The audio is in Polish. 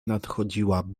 nadchodziła